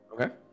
Okay